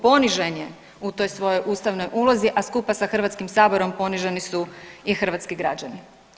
Ponižen je u toj svojoj ustavnoj ulozi, a skupa sa Hrvatskim saborom poniženi su i hrvatski građani.